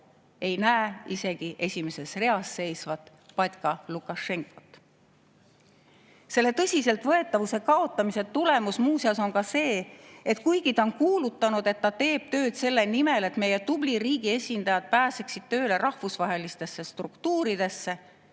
ei näe isegi esimeses reas seisvat batka Lukašenkat. Selle tõsiseltvõetavuse kaotamise tulemus muuseas on ka see, et kuigi ta on kuulutanud, et ta teeb tööd selle nimel, et meie tubli riigi esindajad pääseksid tööle rahvusvahelistesse struktuuridesse,